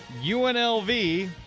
UNLV